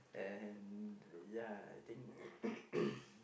and ya I think